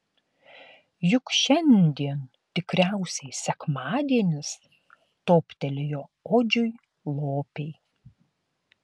juk šiandien tikriausiai sekmadienis toptelėjo odžiui lopei